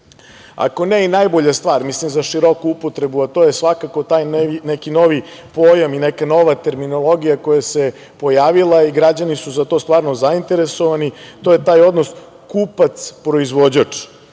Ako ne i najbolja stvar, mislim za široku upotrebu, a to je svakako taj neki novi pojam i neka nova terminologija koja se pojavila i građani su za to stvarno zainteresovani to je taj odnos kupac-proizvođač.